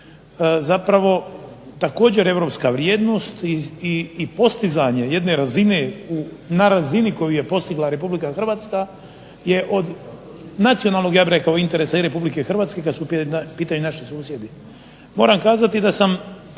zapravo također europska vrijednost i postizanje jedne razine na razini koju je postigla Republika Hrvatska je od nacionalnog ja bih rekao interesa i Republike Hrvatske kad su u pitanju naši susjedi.